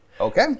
Okay